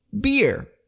beer